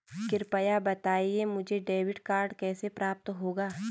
कृपया बताएँ मुझे डेबिट कार्ड कैसे प्राप्त होगा?